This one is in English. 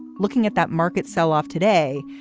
looking at that market sell off today,